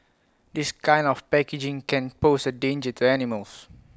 this kind of packaging can pose A danger to animals